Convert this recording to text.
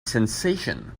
sensation